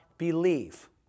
Believe